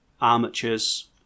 armatures